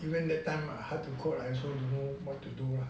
even that time hard to cope I also don't know what to do lah